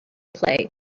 play